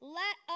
let